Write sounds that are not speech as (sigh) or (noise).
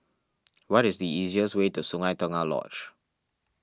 (noise) what is the easiest way to Sungei Tengah Lodge